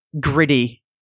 gritty